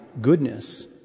goodness